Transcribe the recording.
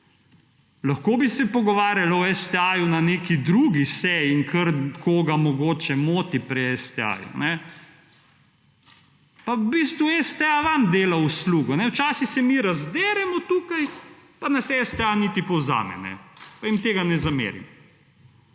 Lahko bi se pogovarjali o STA na neki drugi seji in kar koga mogoče moti pri STA pa v bistvu STA vam dela uslugo. Včasih se mi razderemo tukaj pa nas STA niti povzame ne pa jim tega ne zamerim.